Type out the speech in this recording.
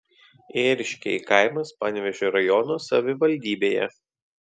ėriškiai kaimas panevėžio rajono savivaldybėje